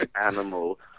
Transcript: animal